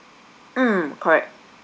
mm correct